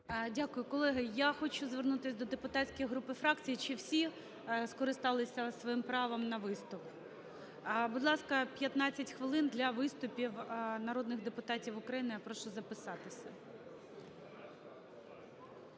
Дякую. Колеги, я хочу звернутися до депутатських груп і фракцій, чи всі скористалися своїм правом на виступ. Будь ласка, 15 хвилин для виступів народних депутатів України. Прошу записатися.